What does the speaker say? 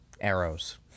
arrows